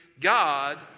God